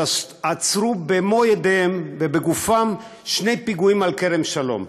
שעצרו במו ידיהם ובגופם שני פיגועים על כרם שלום.